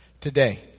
today